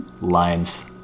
lines